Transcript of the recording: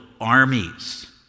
armies